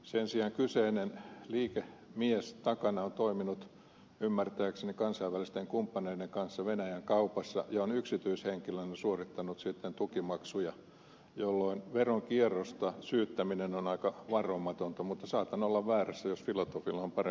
sen sijaan kyseinen liikemies takana on toiminut ymmärtääkseni kansainvälisten kumppaneiden kanssa venäjän kaupassa ja on yksityishenkilönä suorittanut sitten tukimaksuja jolloin veronkierrosta syyttäminen on aika varomatonta mutta saatan olla väärässä jos ed